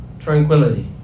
Tranquility